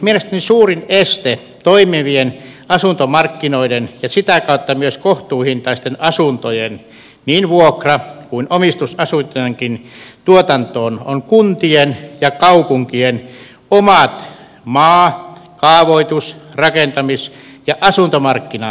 mielestäni suurin este toimivien asuntomarkkinoiden ja sitä kautta myös kohtuuhintaisten asuntojen niin vuokra kuin omistusasuntojenkin tuotantoon on kuntien ja kaupunkien omat maa kaavoitus rakentamis ja asuntomarkkinapolitiikat